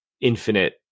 infinite